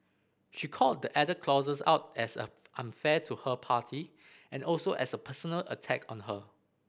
she called the added clauses out as a unfair to her party and also as a personal attack on her